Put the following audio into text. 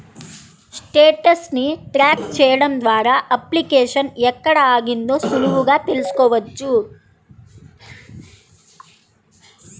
status ని track చెయ్యడం ద్వారా అప్లికేషన్ ఎక్కడ ఆగిందో సులువుగా తెల్సుకోవచ్చు